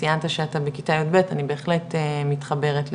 ציינת שאתה בכיתה י"ב אני בהחלט מתחברת לזה.